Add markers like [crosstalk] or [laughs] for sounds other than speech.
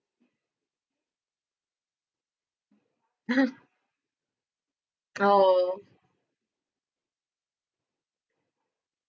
[laughs] oh